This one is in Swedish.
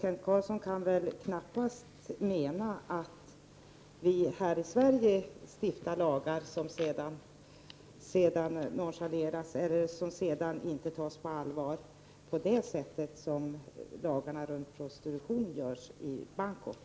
Kent Carlsson kan väl knappast mena att vi i Sverige stiftar lagar som man sedan inte tar på allvar — på samma sätt som när det gäller lagstiftningen om prostitution i Bangkok.